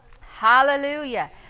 Hallelujah